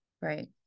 Right